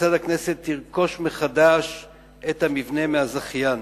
כיצד הכנסת תרכוש מחדש את המבנה מהזכיין.